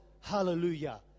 hallelujah